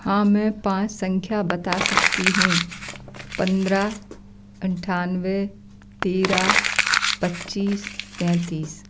हाँ मैं पाँस संख्या बता सकती हूँ पन्द्रह अठानवे तेरह पच्चीस तैंतीस